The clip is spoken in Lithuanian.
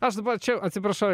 aš dabar čia atsiprašau